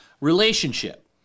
relationship